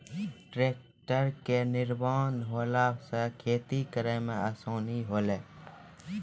tractor केरो निर्माण होला सँ खेती करै मे आसानी होलै